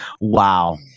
Wow